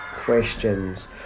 questions